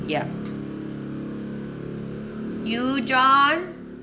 ya you john